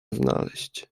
znaleźć